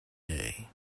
day